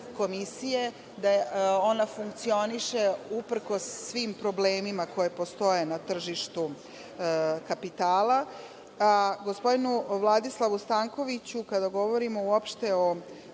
Komisije, da ona funkcioniše uprkos svim problemima koji postoje na tržištu kapitala. Gospodinu Vladislavu Stankoviću, kada govorimo uopšte o